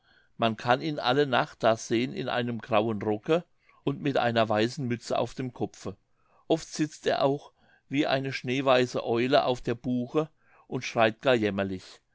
man kann ihn alle nacht da sehen in einem grauen rocke und mit einer weißen mütze auf dem kopfe oft sitzt er auch wie eine schneeweiße eule auf der buche und schreit gar jämmerlich